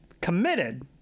Committed